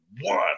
one